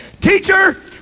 teacher